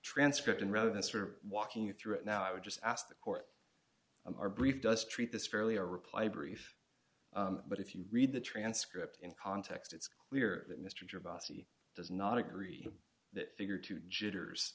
transcript and rather than sort of walking through it now i would just ask the court our brief does treat this fairly or reply brief but if you read the transcript in context it's clear that mr gervasi does not agree that figure two jitters